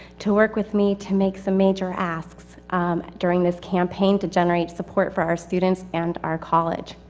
to work with me to make some major asks during this campaign to generate support for our students, and our college.